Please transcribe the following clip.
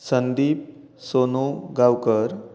Sandeep Sonu Gaonkar